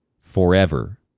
forever